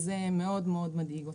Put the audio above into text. זה מאוד מאוד מדאיג אותי.